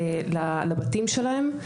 לבתים שלהם.